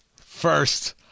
First